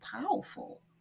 powerful